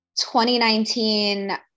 2019